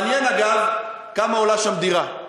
מעניין, אגב, כמה עולה שם דירה.